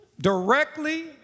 directly